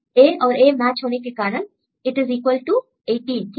A और A match होने के कारण इट इज इक्वल टू 18 ठीक